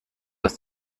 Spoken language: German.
aus